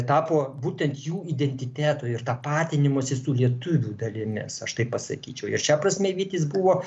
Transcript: tapo būtent jų identiteto ir tapatinimosi su lietuvių dalimis aš taip pasakyčiau ir šia prasme vytis buvo